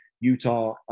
Utah